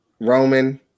Roman